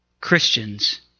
Christians